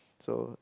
so